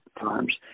times